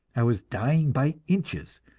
i was dying by inches,